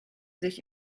sich